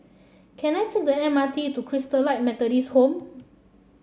can I take the M R T to Christalite Methodist Home